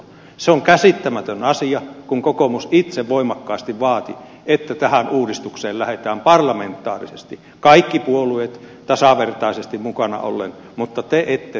se on käsittämätön asia kun kokoomus itse voimakkaasti vaati että tähän uudistukseen lähdetään parlamentaarisesti kaikki puolueet tasavertaisesti mukana ollen mutta te ette tätä halunneet